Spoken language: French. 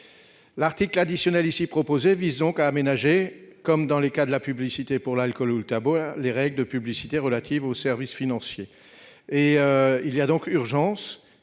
Le présent amendement vise donc à aménager, comme dans les cas de la publicité pour l'alcool ou le tabac, les règles de publicité relatives aux services financiers. Il y a urgence,